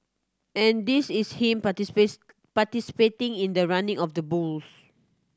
and this is him participating in the running of the bulls